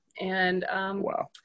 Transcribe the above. wow